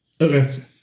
Okay